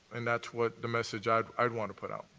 and that's what the message i'd i'd want to put out,